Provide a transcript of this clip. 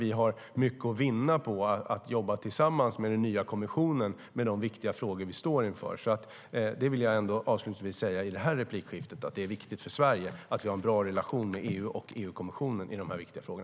Vi har mycket att vinna på att jobba tillsammans med den nya kommissionen med de viktiga frågor vi står inför. Jag vill avslutningsvis säga att det är viktigt för Sverige att vi har en bra relation med EU och EU-kommissionen i dessa viktiga frågor.